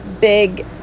big